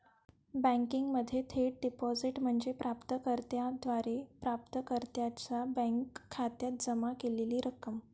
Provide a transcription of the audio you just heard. बँकिंगमध्ये थेट डिपॉझिट म्हणजे प्राप्त कर्त्याद्वारे प्राप्तकर्त्याच्या बँक खात्यात जमा केलेली रक्कम